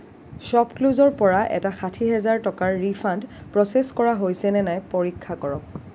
শ্ব'পক্লুজৰ পৰা এটা ষাঠি হাজাৰ টকাৰ ৰিফাণ্ড প্ৰ'চেছ কৰা হৈছেনে নাই পৰীক্ষা কৰক